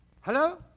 Hello